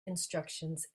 instructions